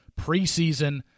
preseason